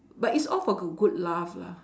but it's all for go~ good laugh lah